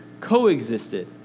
coexisted